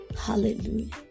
Hallelujah